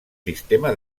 sistema